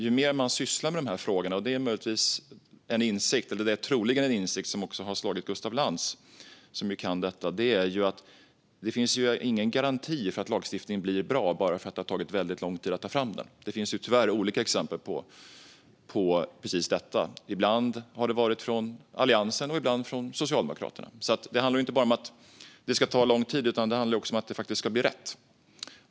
Ju mer man sysslar med de här frågorna nås man dock av insikten, som troligtvis också har nått Gustaf Lantz, att det inte finns någon garanti för att lagstiftningen blir bra bara för att det har tagit väldigt lång tid att ta fram den. Det finns tyvärr olika exempel på precis detta, ibland från Alliansen och ibland från Socialdemokraterna. Det handlar inte bara om att det ska ta lång tid, utan det handlar också om att det ska bli rätt.